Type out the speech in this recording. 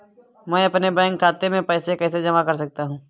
मैं अपने बैंक खाते में पैसे कैसे जमा कर सकता हूँ?